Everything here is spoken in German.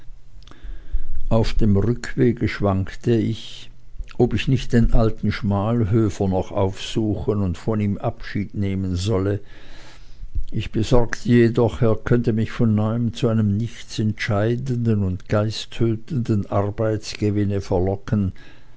auf dem rückwege schwankte ich ob ich nicht den alten schmalhöfer noch aufsuchen und von ihm abschied nehmen solle ich besorgte jedoch er könnte mich von neuem zu einem nichts entscheidenden und geisttötenden arbeitsgewinne verlocken